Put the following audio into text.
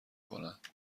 کنند